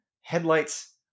headlights